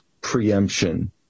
preemption